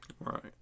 Right